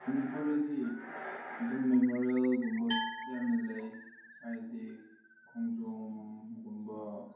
ꯃꯅꯤꯄꯨꯔꯗꯗꯤ ꯑꯗꯨꯝ ꯃꯦꯃꯣꯔꯦꯜꯒꯨꯝꯕ ꯌꯥꯝꯅ ꯂꯩ ꯍꯥꯏꯗꯤ ꯈꯣꯡꯖꯣꯝꯒꯨꯝꯕ